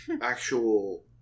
actual